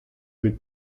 bet